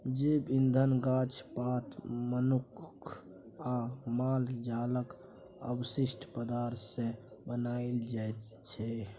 जैब इंधन गाछ पात, मनुख आ माल जालक अवशिष्ट पदार्थ सँ बनाएल जाइ छै